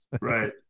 Right